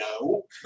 no